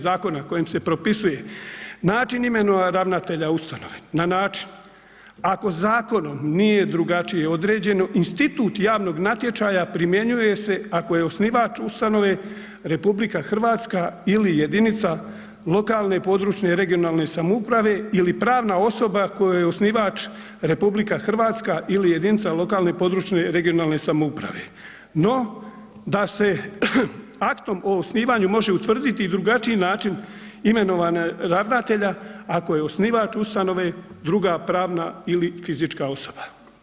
Zakona kojim se propisuje način imenovanja ravnatelja ustanove na način ako zakonom nije drugačije određeno institut javnog natječaja primjenjuje se ako je osnivač ustanove RH ili jedinica lokalne i područne (regionalne) samouprave ili pravna osoba kojoj je osnivač RH ili jedinica lokalne i područne (regionalne) samouprave, no da se aktom o osnivanju može utvrditi i drugačiji način imenovanja ravnatelja ako je osnivač ustanove druga pravna ili fizička osoba.